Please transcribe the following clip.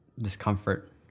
discomfort